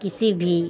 किसी भी